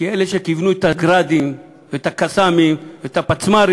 כי אלה שכיוונו את ה"גראדים" ואת ה"קסאמים" ואת הפצמ"רים,